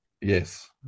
yes